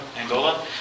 Angola